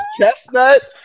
Chestnut